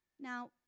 Now